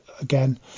again